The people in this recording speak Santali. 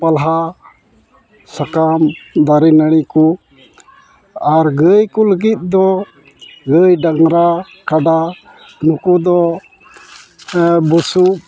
ᱯᱟᱞᱦᱟ ᱥᱟᱠᱟᱢ ᱫᱟᱨᱮ ᱱᱟᱹᱲᱤ ᱠᱚ ᱟᱨ ᱜᱟᱹᱭ ᱠᱚ ᱞᱟᱜᱤᱫ ᱫᱚ ᱜᱟᱹᱭ ᱰᱟᱝᱨᱟ ᱠᱟᱰᱟ ᱩᱱᱠᱩ ᱫᱚ ᱵᱩᱥᱩᱵ